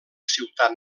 ciutat